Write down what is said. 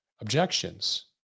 objections